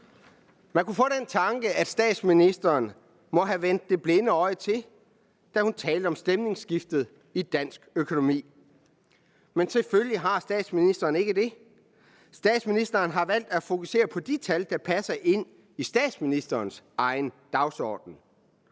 Man kunne få den tanke, at statsministeren må have vendt det blinde øje til, da hun talte om stemningsskiftet i dansk økonomi. Men selvfølgelig har statsministeren ikke det. Statsministeren har valgt at fokusere på de tal, der passer ind i statsministerens egen dagsorden.